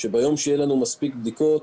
שביום שיהיו לנו מספיק בדיקות,